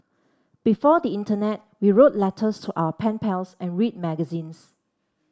before the internet we wrote letters to our pen pals and read magazines